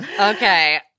Okay